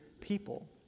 people